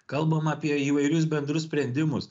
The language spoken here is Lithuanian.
kalbama apie įvairius bendrus sprendimus